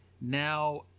Now